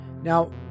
Now